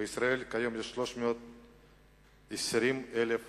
בישראל כיום יש 320,000 תושבים,